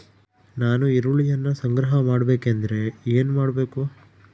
ನಾನು ಈರುಳ್ಳಿಯನ್ನು ಸಂಗ್ರಹ ಮಾಡಬೇಕೆಂದರೆ ಏನು ಮಾಡಬೇಕು?